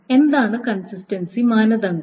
എന്താണ് കൺസിസ്റ്റൻസി മാനദണ്ഡം